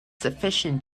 sufficient